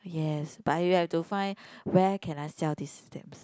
yes but you have to find where can I sell these stamps